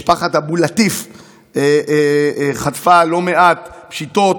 משפחת אבו לטיף חטפה לא מעט פשיטות,